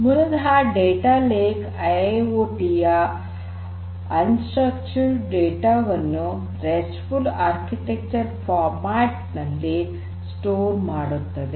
ಮೂಲತಃ data lake IIOT ಯ ರಚನೆರಹಿತ ಡೇಟಾ ವನ್ನು ರೆಸ್ಟ್ ಫುಲ್ ಆರ್ಕಿಟೆಕ್ಚರ್ ಫಾರ್ಮ್ಯಾಟ್ ನಲ್ಲಿ ಸಂಗ್ರಹಣೆ ಮಾಡುತ್ತದೆ